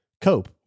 cope